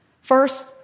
First